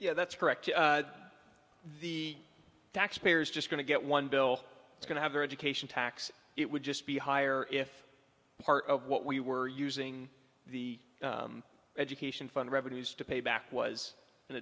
yeah that's correct the tax payers just going to get one bill it's going to have the education tax it would just be higher if part of what we were using the education fund revenues to pay back was an